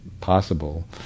possible